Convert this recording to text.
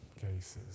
cases